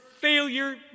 Failure